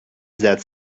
that